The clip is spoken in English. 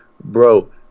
bro